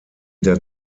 der